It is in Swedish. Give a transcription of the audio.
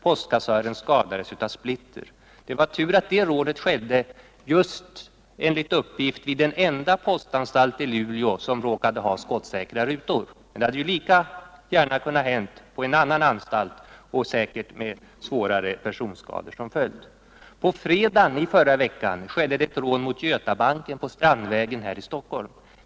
Postkassören skadades av splitter. Det var tur att det rånet skedde just — enligt uppgift — vid den enda postanstalt i Luleå som råkade ha skottsäkra rutor. Det hade ju lika gärna kunnat ske på en annan postanstalt och då säkerligen med svårare personskador som följd. På fredagen i förra veckan skedde ett rån mot Götabanken på Strandvägen här i Stockholm.